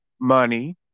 money